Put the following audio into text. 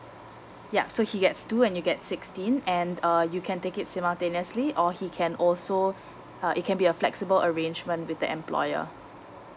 yup so he gets two and you get sixteen and uh you can take it simultaneously or he can also uh it can be a flexible arrangement with the employer